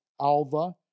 Alva